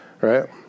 right